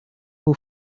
who